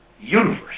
universe